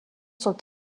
sont